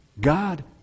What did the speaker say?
God